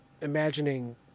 imagining